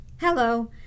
Hello